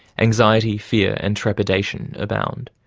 anxiety, fear and trepidation abound,